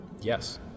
Yes